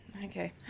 Okay